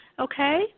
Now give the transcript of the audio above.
Okay